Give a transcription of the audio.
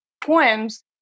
poems